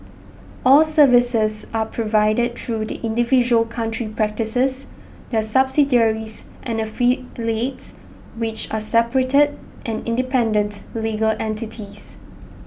all services are provided through the individual country practices their subsidiaries and affiliates which are separate and independent legal entities